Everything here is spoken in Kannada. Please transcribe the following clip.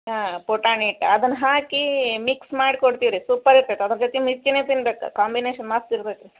ಹಾಂ ಪುಟಾಣಿ ಹಿಟ್ ಅದನ್ನು ಹಾಕಿ ಮಿಕ್ಸ್ ಮಾಡಿ ಕೊಡ್ತೀವಿ ರೀ ಸೂಪರ್ ಇರ್ತದೆ ಅದ್ರ ಜೊತೆ ಮಿರ್ಚಿನು ತಿನ್ಬೇಕು ಕಾಂಬಿನೇಶನ್ ಮಸ್ತು ಇರ್ತೈತೆ ರೀ